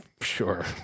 Sure